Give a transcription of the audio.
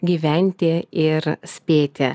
gyventi ir spėti